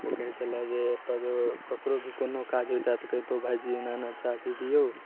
ओ कहै छलै जे ओतऽ जँ ककरो भी कोनो काज होइतै तऽ कहितोँ भाइजी एना एना चाभी दिऔ